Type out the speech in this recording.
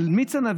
על מיץ ענבים.